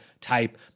type